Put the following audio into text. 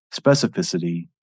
specificity